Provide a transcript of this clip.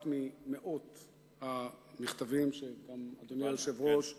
אחד ממאות המכתבים שגם אדוני היושב-ראש קיבל,